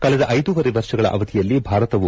ಕಳೆದ ಐದೂವರೆ ವರ್ಷಗಳ ಅವಧಿಯಲ್ಲಿ ಭಾರತವು